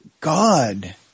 God